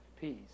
Peace